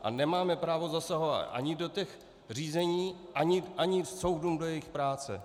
A nemáme právo zasahovat ani do těch řízení, ani soudům do jejich práce.